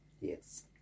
Yes